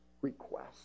request